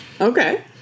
Okay